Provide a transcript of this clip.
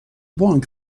بانک